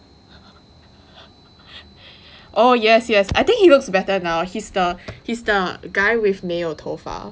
oh yes yes I think he looks better now he's the he's the guy with 没有头发